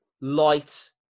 light